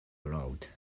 allowed